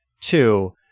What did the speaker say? two